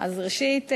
אז ראשית,